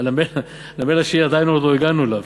הנמל השני עדיין לא הגענו אליו,